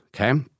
Okay